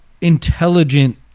intelligent